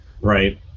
right